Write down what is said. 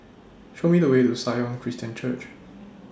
Show Me The Way to Sion Christian Church